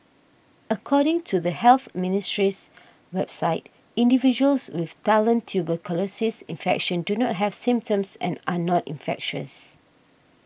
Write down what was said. according to the Health Ministry's website individuals with latent tuberculosis infection do not have symptoms and are not infectious